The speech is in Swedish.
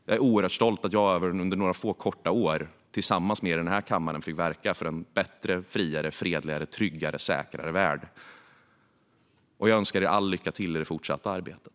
Jag är oerhört stolt över att jag under några få, korta år, tillsammans med denna kammare, fått verka för en bättre, friare, fredligare, tryggare och säkrare värld. Jag önskar er lycka till i det fortsatta arbetet!